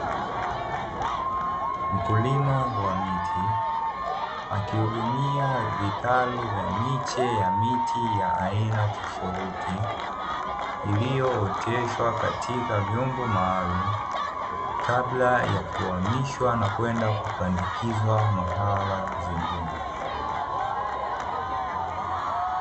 Mkulima wa miti akihudumia vitalu vya miche ya miti ya aina tofauti iliyooteshwa katika vyombo maalumu, kabla ya kuamishwa na kwenda kupandikizwa mahala zingine.